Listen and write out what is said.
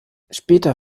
später